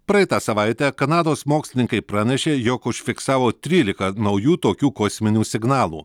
praeitą savaitę kanados mokslininkai pranešė jog užfiksavo trylika naujų tokių kosminių signalų